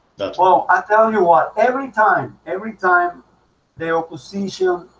well. i tell you what every time every time they opposition